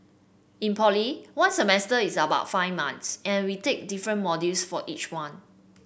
in poly one semester is about five months and we take different modules for each one